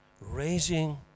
raising